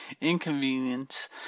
inconvenience